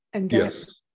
Yes